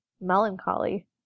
melancholy